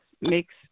makes